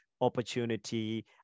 opportunity